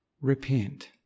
Repent